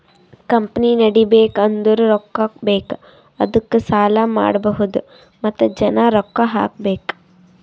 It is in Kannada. ಕಂಪನಿ ನಡಿಬೇಕ್ ಅಂದುರ್ ರೊಕ್ಕಾ ಬೇಕ್ ಅದ್ದುಕ ಸಾಲ ಮಾಡ್ಬಹುದ್ ಮತ್ತ ಜನ ರೊಕ್ಕಾ ಹಾಕಬೇಕ್